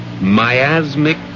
Miasmic